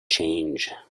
change